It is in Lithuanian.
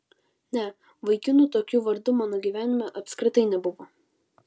ne vaikinų tokiu vardu mano gyvenime apskritai nebuvo